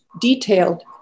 detailed